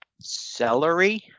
Celery